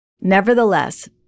Nevertheless